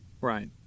Right